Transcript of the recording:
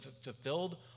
fulfilled